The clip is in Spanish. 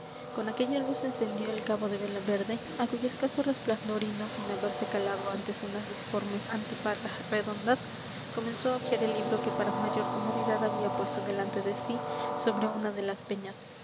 con aquella luz encendió el cabo de vela verde á cuyo escaso resplandor y no sin haberse calado antes unas disformes antiparras redondas comenzó á hojear el libro que para mayor comodidad había puesto delante de sí sobre una de las peñas